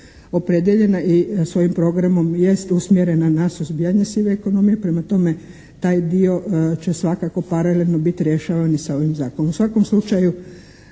opredijeljena i svojim programom jest usmjerena na suzbijanje sive ekonomije. Prema tome, taj dio će svakako paralelno biti rješavani sa ovim zakonom.